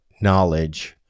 knowledge